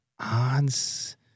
odds